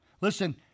Listen